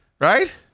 right